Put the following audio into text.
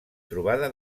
trobada